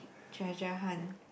treasure hunt